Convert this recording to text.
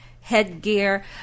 headgear